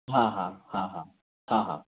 हाँ हाँ हाँ हाँ हाँ हाँ